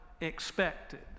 expected